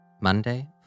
Monday